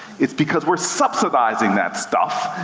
it's because we're subsidizing that stuff.